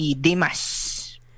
Dimas